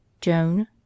Joan